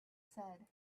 said